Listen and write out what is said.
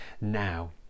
now